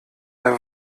der